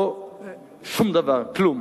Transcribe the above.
או שום דבר, כלום.